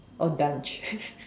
or dunch